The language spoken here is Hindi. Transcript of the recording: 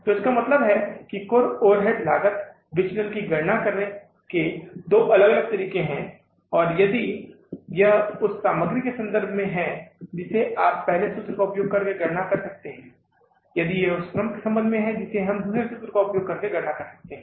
तो इसका मतलब है कुल ओवरहेड लागत विचलन की गणना करने के दो अलग अलग तरीके हैं और यदि यह उस सामग्री के संबंध में है जिसे आप पहले सूत्र का उपयोग करके गणना कर सकते हैं यदि यह उस श्रम के संबंध में है जिसे हम दूसरे सूत्र का उपयोग करके गणना कर सकते हैं